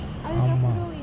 ஆமா:aamaa